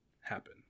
happen